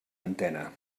antena